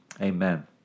Amen